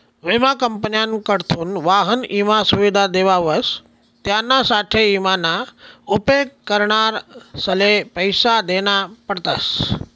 विमा कंपन्यासकडथून वाहन ईमा सुविधा देवावस त्यानासाठे ईमा ना उपेग करणारसले पैसा देना पडतस